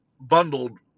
bundled